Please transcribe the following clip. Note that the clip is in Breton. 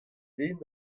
den